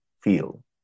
feel